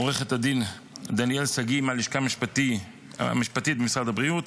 לעו"ד דניאל שגיא מהלשכה המשפטית במשרד הבריאות,